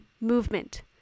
movement